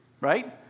right